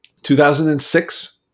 2006